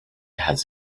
has